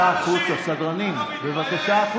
החוצה, בבקשה.